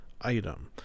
item